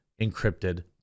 encrypted